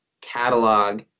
catalog